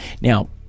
Now